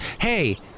Hey